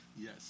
Yes